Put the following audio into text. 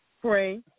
pray